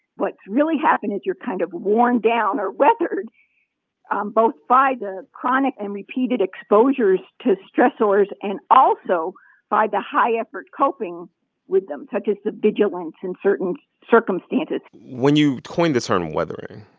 what's really happening is you're kind of worn down or weathered um both by the chronic and repeated exposures to stressors and also by the high-effort coping with them, such as the vigilance in certain circumstances when you coined the term weathering,